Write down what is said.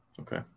Okay